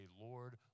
Lord